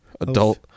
Adult